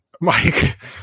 Mike